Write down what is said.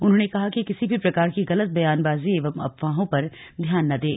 उन्होंने कहा कि किसी भी प्रकार की गलत बयानबाजी एवं अफवाहों पर ध्यान न दें